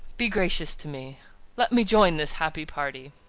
be gracious to me let me join this happy party!